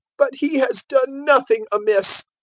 but he has done nothing amiss.